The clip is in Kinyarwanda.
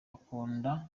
akunda